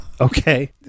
Okay